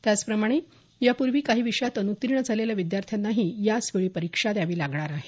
त्याचप्रमाणे यापूर्वी काही विषयात अनुत्तीर्ण झालेल्या विद्यार्थ्यांनाही याचवेळी परीक्षा द्यावी लागणार आहे